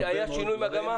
היה שינוי מגמה?